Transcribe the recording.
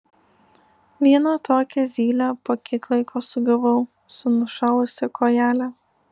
vieną tokią zylę po kiek laiko sugavau su nušalusia kojele